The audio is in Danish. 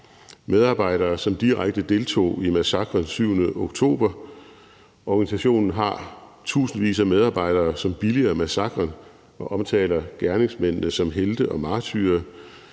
medarbejdere, som direkte deltog i massakren den 7. oktober; organisationen har tusindvis af medarbejdere, som billiger massakren og omtaler gerningsmændene som helte og martyrer;